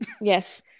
Yes